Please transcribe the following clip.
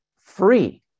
free